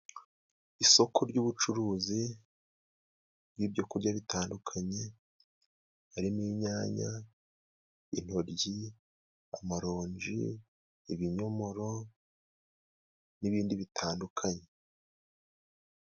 Isoko ry'ubucuruzi bw'ibyokurya bitandukanye harimo: inyanya ,intoryi ,amaronji ,ibinyomoro n'ibindi bitandukanye.